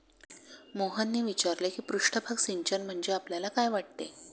मोहनने विचारले की पृष्ठभाग सिंचन म्हणजे आपल्याला काय वाटते?